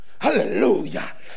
hallelujah